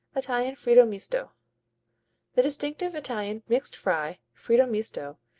italian fritto misto the distinctive italian mixed fry, fritto misto,